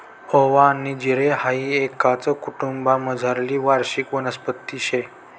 ओवा आनी जिरे हाई एकाच कुटुंबमझारली वार्षिक वनस्पती शे